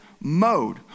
mode